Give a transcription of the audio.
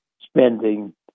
spending